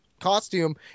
costume